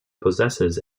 possesses